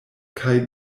kaj